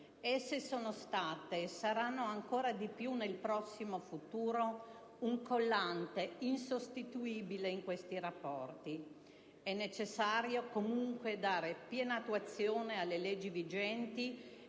esse sono state, e saranno ancora di più nel prossimo futuro, un collante insostituibile in questi rapporti. È necessario, comunque, dare piena attuazione alle leggi vigenti